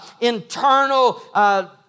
internal